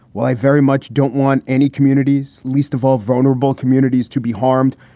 while i very much don't want any communities, least of all vulnerable communities to be harmed,